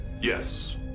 Yes